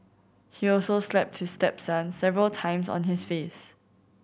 he also slapped his stepson several times on his face